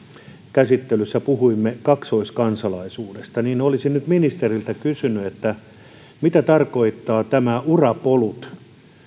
käsittelyssä puhuimme kaksoiskansalaisuudesta niin olisin nyt ministeriltä kysynyt mitä tarkoittaa tämä urapolut